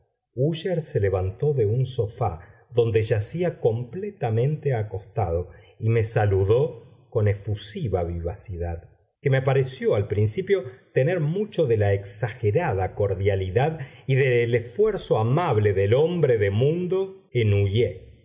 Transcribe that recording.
úsher se levantó de un sofá donde yacía completamente acostado y me saludó con efusiva vivacidad que me pareció al principio tener mucho de la exagerada cordialidad y del esfuerzo amable del hombre de mundo ennuyé